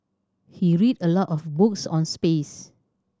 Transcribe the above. he read a lot of books on space